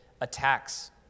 attacks